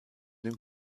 den